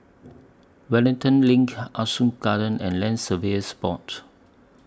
Wellington LINK Ah Soo Garden and Land Surveyors Board